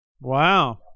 Wow